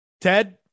Ted